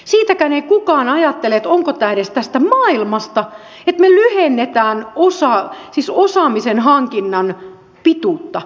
siitäkään ei kukaan ajattele onko tämä edes tästä maailmasta että me lyhennämme osaamisen hankinnan pituutta